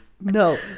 no